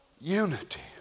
unity